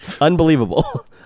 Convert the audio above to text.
unbelievable